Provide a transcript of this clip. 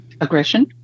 aggression